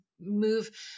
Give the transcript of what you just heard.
move